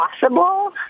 possible